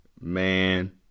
man